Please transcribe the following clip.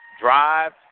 Drive